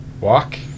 walk